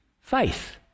faith